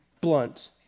blunt